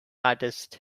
artist